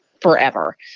forever